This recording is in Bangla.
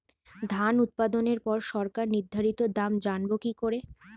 ধান উৎপাদনে পর সরকার নির্ধারিত দাম জানবো কি করে?